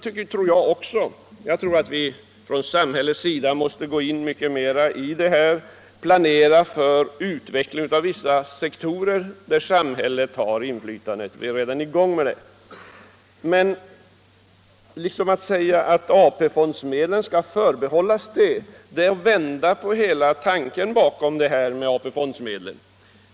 Jag tror också att vi från samhällets — verksamhet sida måste gå in mycket mera och planera för utveckling av vissa sektorer där samhället har inflytande. Vi är redan i gång med det. Men att begära att de här pengarna skall förbehållas det ändamålet är ju att vända på hela tanken bakom AP-fondsmedlen.